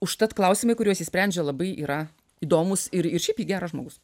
užtat klausimai kuriuos ji sprendžia labai yra įdomūs ir ir šiaip ji geras žmogus